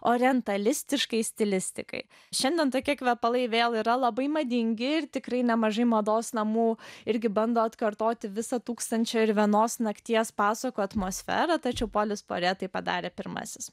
orientalistiškai stilistikai šiandien tokie kvepalai vėl yra labai madingi ir tikrai nemažai mados namų irgi bando atkartoti visą tūkstančio ir vienos nakties pasakų atmosferą tačiau polis puarė tai padarė pirmasis